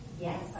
Yes